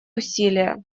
усилия